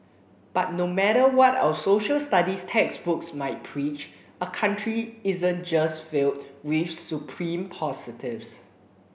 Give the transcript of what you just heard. but no matter what our Social Studies textbooks might preach a country isn't just filled with supreme positives